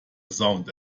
sound